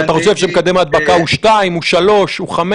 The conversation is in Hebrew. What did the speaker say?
אתה חושב שמקדם ההדבקה הוא 2, הוא 3, הוא 5?